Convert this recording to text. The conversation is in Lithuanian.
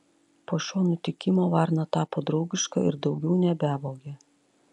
po šio nutikimo varna tapo draugiška ir daugiau nebevogė